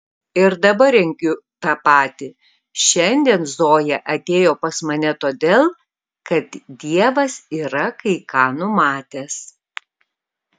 ir dabar regiu tą patį šiandien zoja atėjo pas mane todėl kad dievas yra kai ką numatęs